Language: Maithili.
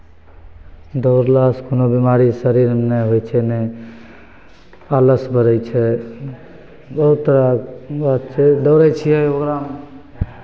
दौड़लासँ कोनो बिमारी शरीरमे नहि होइ छै नहि आलस्य पड़ै छै दौड़ तऽ अच्छे दौड़ै छियै ओकरा